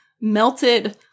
melted